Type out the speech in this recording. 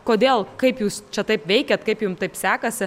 kodėl kaip jūs čia taip veikiate kaip jums taip sekasi